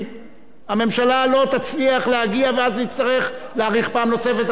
הממשלה לא תצליח להגיע ואז נצטרך להאריך פעם נוספת,